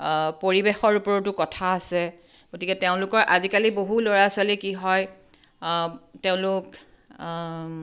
পৰিৱেশৰ ওপৰতো কথা আছে গতিকে তেওঁলোকৰ আজিকালি বহু ল'ৰা ছোৱালী কি হয় তেওঁলোক